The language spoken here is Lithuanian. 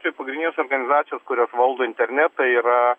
dvi pagrindinės organizacijos kurios valdo internetą yra